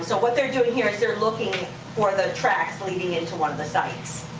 so what they're doing here is they're looking for the tracks leading into one of the sites.